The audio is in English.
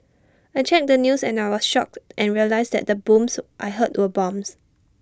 I checked the news and I was shocked and realised that the booms I heard were bombs